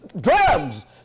drugs